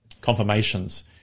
confirmations